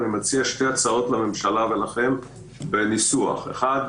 אני מציע שתי הצעות לממשלה ולכם בניסוח ואני גם